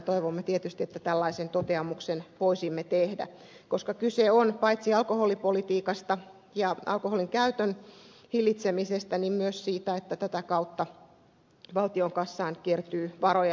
toivomme tietysti että tällaisen toteamuksen voisimme tehdä koska kyse on paitsi alkoholipolitiikasta ja alkoholinkäytön hillitsemisestä myös siitä että tätä kautta valtion kassaan kertyy varoja